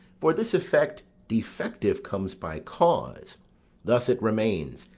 for this effect defective comes by cause thus it remains,